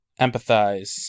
empathize